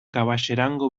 caballerango